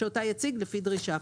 שאותה יציג לפי דרישה".